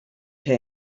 que